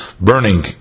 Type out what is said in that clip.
burning